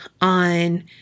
on